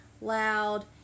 loud